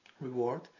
reward